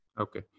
Okay